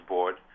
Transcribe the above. Board